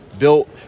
built